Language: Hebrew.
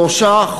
שלושה,